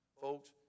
folks